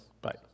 Bye